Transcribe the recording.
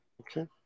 Okay